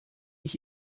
ich